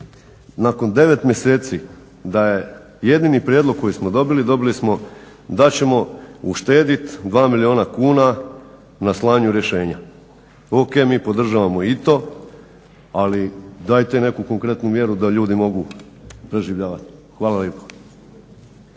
Nakon 9 mjeseci da je jedini prijedlog koji smo dobili, dobili smo da ćemo uštediti 2 milijuna kuna na slanju rješenja. O.k. Mi podržavamo i to, ali dajte neku konkretnu mjeru da ljudi mogu preživljavati. Hvala lijepo.